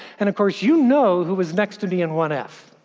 and of course you know who was next to me in one f.